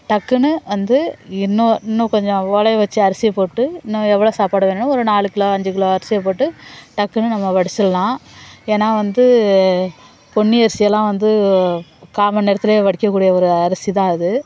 டக்குனு வந்து இன்னும் இன்னும் கொஞ்சம் ஒலையை வச்சு அரிசியை போட்டு இன்னும் எவ்வளோ சாப்பாடு வேணும்னு ஒரு நாலுக்கிலோ அஞ்சுக்கிலோ அரிசியை போட்டு டக்குனு நம்ம வடிச்சிடலாம் ஏன்னா வந்து பொன்னி அரிசியெல்லாம் வந்து கால்மணி நேரத்திலையே வடிக்கக்கூடிய ஒரு அரிசி தான் அது